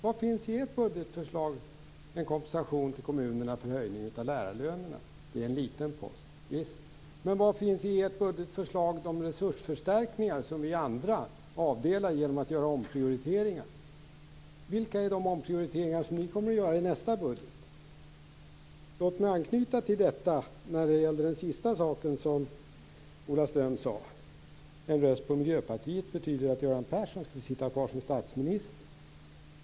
Var i ert budgetförslag finns en kompensation till kommunerna för höjning av lärarlönerna? Det är i och för sig en liten post. Var i ert budgetförslag finns de resursförstärkningar som vi andra avdelar genom att göra omprioriteringar? Vilka är de omprioriteringar som ni kommer att göra i nästa budget? Låt mig anknyta till det som Ola Ström sade sist, nämligen att en röst på Miljöpartiet betyder att Göran Persson sitter kvar som statsminister.